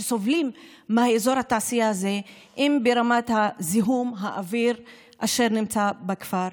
סובלים מאזור התעשייה הזה ברמת זיהום האוויר אשר נמצא בכפר,